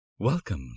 Welcome